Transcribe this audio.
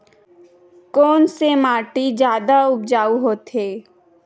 कोन से माटी जादा उपजाऊ होथे?